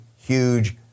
huge